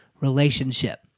relationship